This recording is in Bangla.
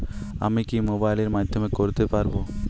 আমি কি মোবাইলের মাধ্যমে করতে পারব?